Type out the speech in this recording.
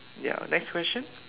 ya next question